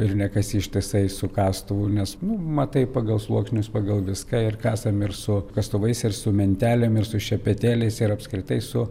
ir ne kasi ištisai su kastuvu nes nu matai pagal sluoksnius pagal viską ir kasame ir su kastuvais ir su mentelėm ir su šepetėliais ir apskritai su